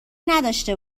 نداشته